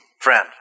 friend